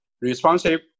responsive